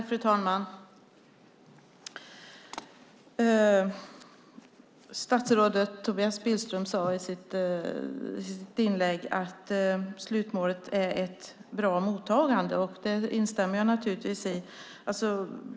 Fru talman! Statsrådet Tobias Billström sade i sitt inlägg att slutmålet är ett bra mottagande, och det instämmer jag naturligtvis i.